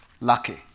Lucky